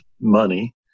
money